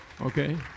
Okay